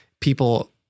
people